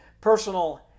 personal